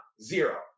zero